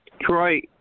Troy